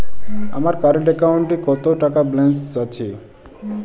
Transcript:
আমার কারেন্ট অ্যাকাউন্টে কত টাকা ব্যালেন্স আছে?